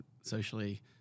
Socially